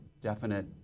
definite